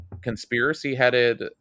conspiracy-headed